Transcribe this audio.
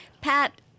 Pat